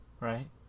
Right